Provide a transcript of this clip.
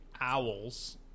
Owls